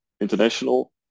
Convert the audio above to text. International